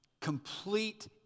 complete